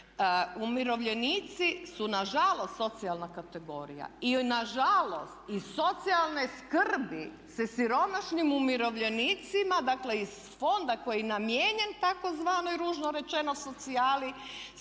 umirovljenici su nažalost socijalna kategorija i nažalost i socijalne skrbi se siromašnim umirovljenicima dakle iz fonda koji je namijenjen tzv. ružno rečeno socijali